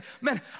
man